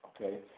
okay